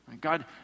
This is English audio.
God